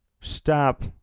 stop